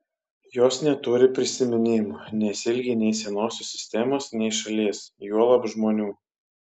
jos neturi prisiminimų nesiilgi nei senosios sistemos nei šalies juolab žmonių